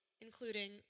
including